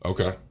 Okay